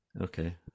Okay